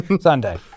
Sunday